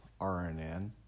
RNN